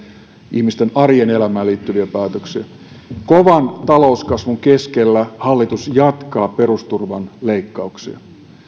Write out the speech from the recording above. ihmisten arjen elämään liittyviä päätöksiä kovan talouskasvun keskellä hallitus jatkaa perusturvan leikkauksia